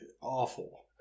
awful